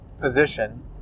position